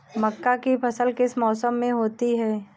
मक्का की फसल किस मौसम में होती है?